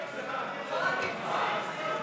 חיים ילין,